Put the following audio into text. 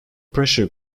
pressure